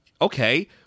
okay